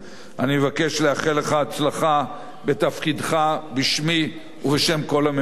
אני מבקש לאחל לך הצלחה בתפקידך בשמי ובשם כל הממשלה.